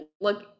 look